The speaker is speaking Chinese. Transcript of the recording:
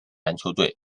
篮球队